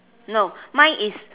no mine is